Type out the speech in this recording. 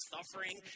Suffering